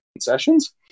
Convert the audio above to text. sessions